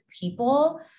people